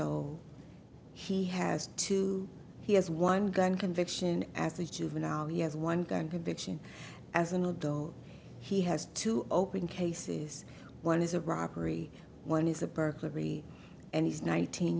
old he has two he has one gun conviction as a juvenile he has one gun conviction as an adult he has to open cases one is a robbery one is a burglary and he's nineteen